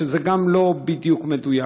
שזה גם לא מדויק בדיוק.